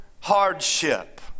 hardship